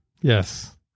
Yes